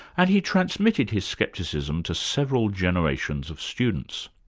and he transmitted his scepticism to several generations of students.